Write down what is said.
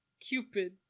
Cupid